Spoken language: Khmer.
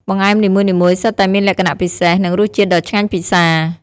បង្អែមនីមួយៗសុទ្ធតែមានលក្ខណៈពិសេស និងរសជាតិដ៏ឆ្ងាញ់ពិសា។